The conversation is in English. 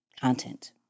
content